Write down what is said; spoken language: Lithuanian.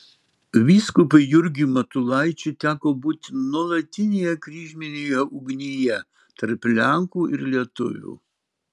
vyskupui jurgiui matulaičiui teko būti nuolatinėje kryžminėje ugnyje tarp lenkų ir lietuvių